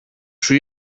σου